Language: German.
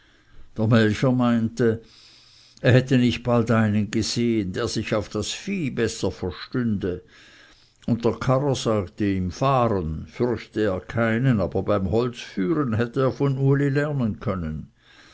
der melcher meinte er hätte nicht bald einen gesehen der sich auf das vieh besser verstünde und der karrer sagte im fahren fürchte er keinen aber beim holzführen hätte er von uli lernen können